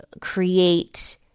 create